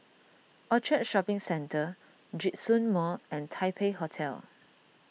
Orchard Shopping Centre Djitsun Mall and Taipei Hotel